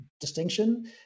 distinction